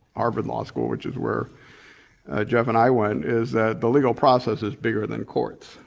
harvard law school which is where jeff and i went, is that the legal process is bigger than courts.